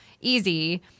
easy